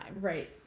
Right